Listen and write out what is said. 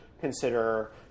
consider –